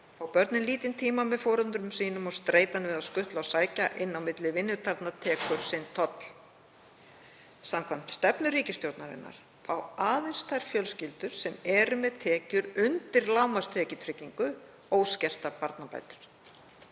fá börnin lítinn tíma með foreldrum sínum og streitan við að skutla og sækja inn á milli vinnutarna tekur sinn toll. Samkvæmt stefnu ríkisstjórnarinnar fá aðeins þær fjölskyldur sem eru með tekjur undir lágmarkstekjutryggingu óskertar barnabætur.